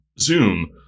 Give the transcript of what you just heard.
Zoom